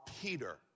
Peter